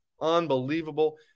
Unbelievable